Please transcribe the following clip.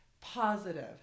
positive